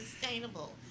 sustainable